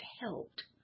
helped